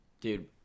Dude